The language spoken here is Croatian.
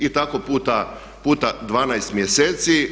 I tako puta 12 mjeseci.